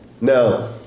Now